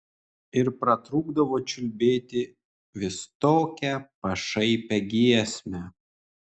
ir pratrūkdavo čiulbėti vis tokią pašaipią giesmę